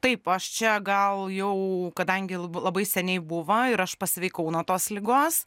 taip aš čia gal jau kadangi labai seniai buvo ir aš pasveikau nuo tos ligos